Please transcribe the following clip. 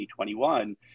2021